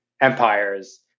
empires